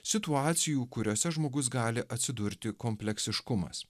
situacijų kuriose žmogus gali atsidurti kompleksiškumas